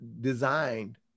designed